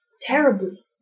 terribly